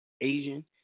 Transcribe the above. Asian